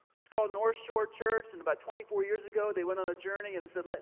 it's called north shore church and about twenty four years ago, they went on a journey and said, let,